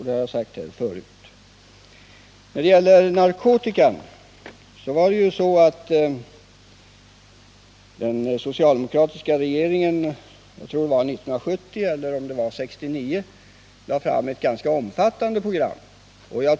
Det har jag sagt här förut. När det gäller narkotikabekämpningen tror jag det var 1970 eller möjligen 1969 som den socialdemokratiska regeringen lade fram ett ganska omfattande program.